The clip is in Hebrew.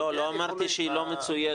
לא, לא אמרתי שהיא לא מצוינת,